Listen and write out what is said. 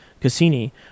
Cassini